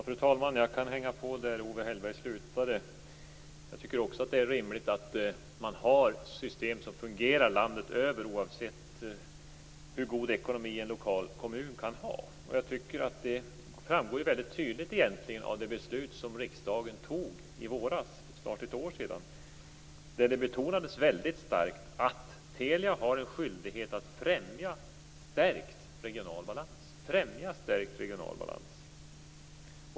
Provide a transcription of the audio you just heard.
Fru talman! Jag kan hänga på där Owe Hellberg slutade. Jag tycker också att det är rimligt att man har system som fungerar landet över, oavsett hur god ekonomi en lokal kommun har, och jag tycker att det egentligen framgår väldigt tydligt av det beslut som riksdagen fattade i våras för snart ett år sedan. Där betonades det väldigt starkt att Telia har en skyldighet att främja stärkt regional balans.